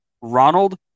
Ronald